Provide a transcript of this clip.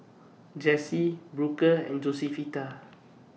Jessie Booker and Josefita